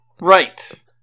Right